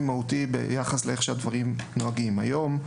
מהותי ביחס לאיך שהדברים נוהגים היום.